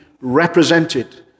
represented